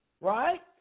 right